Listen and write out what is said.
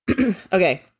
Okay